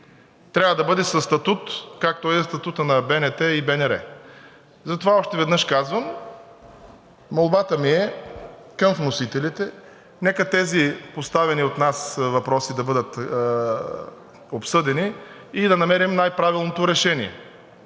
трябва да бъде със статут, както е статутът на БНТ и БНР. Затова още веднъж казвам: молбата ми е към вносителите, нека тези поставени от нас въпроси да бъдат обсъдени и да намерим най-правилното решение,